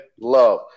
Love